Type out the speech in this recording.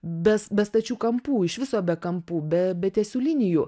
bes be stačių kampų iš viso be kampų be be tiesių linijų